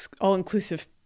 all-inclusive